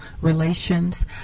relations